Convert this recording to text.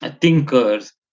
thinkers